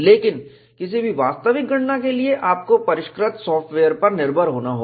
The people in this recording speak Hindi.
लेकिन किसी भी वास्तविक गणना के लिए आपको परिष्कृत सॉफ्टवेयर पर निर्भर होना होगा